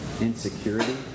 insecurity